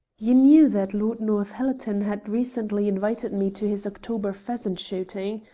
you knew that lord northallerton had recently invited me to his october pheasant-shooting.